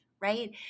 right